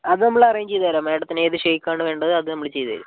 അത് നമ്മൾ അറേഞ്ച് ചെയ്ത് തരാം മേഡത്തിന് ഏത് ഷേക്ക് ആണ് വേണ്ടത് അത് നമ്മൾ ചെയ്ത് തരും